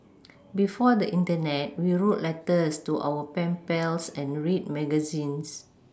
before the Internet we wrote letters to our pen pals and read magazines